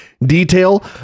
detail